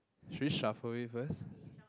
should we shuffle it first